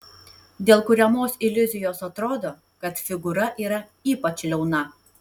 dėl kuriamos iliuzijos atrodo kad figūra yra ypač liauna